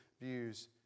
views